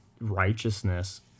righteousness